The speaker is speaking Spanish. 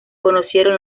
conocieron